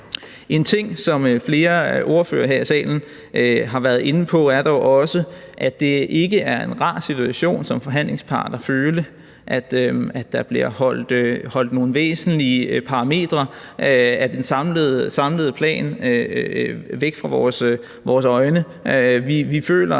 En ting, som flere ordførere her i salen har været inde på, er dog også, at det ikke er en rar situation som forhandlingspart at føle, at der bliver holdt nogle væsentlige parametre af den samlede plan væk fra vores øjne. Flere